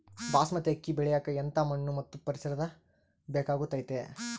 ಬಾಸ್ಮತಿ ಅಕ್ಕಿ ಬೆಳಿಯಕ ಎಂಥ ಮಣ್ಣು ಮತ್ತು ಪರಿಸರದ ಬೇಕಾಗುತೈತೆ?